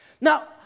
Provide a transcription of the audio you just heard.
Now